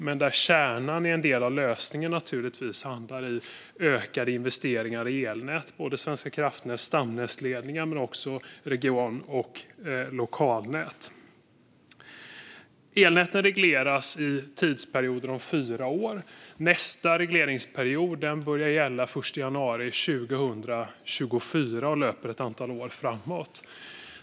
Men kärnan i en del av lösningen landar i ökade investeringar i elnät som Svenska kraftnäts stamnätsledningar men också regional och lokalnät. Elnäten regleras i tidsperioder om fyra år. Nästa regleringsperiod börjar gälla den 1 januari 2024 och löper ett antal år framåt.